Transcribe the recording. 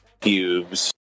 Cubes